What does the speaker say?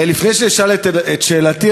לפני שאשאל את שאלתי,